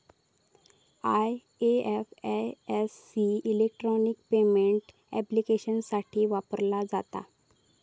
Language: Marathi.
आय.एफ.एस.सी इलेक्ट्रॉनिक पेमेंट ऍप्लिकेशन्ससाठी वापरला जाता